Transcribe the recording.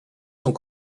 sont